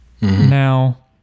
Now